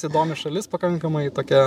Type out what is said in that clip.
įdomi šalis pakankamai tokia